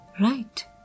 right